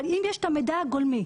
אבל אם יש את המידע הגולמי,